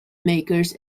makers